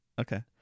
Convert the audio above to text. Okay